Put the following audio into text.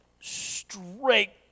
straight